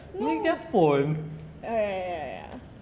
you ingat phone